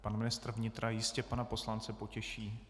Pan ministr vnitra jistě pana poslanče potěší.